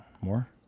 More